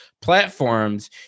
platforms